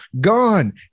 gone